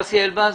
יוסי אלבז.